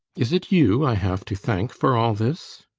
is it you i have to thank for all this?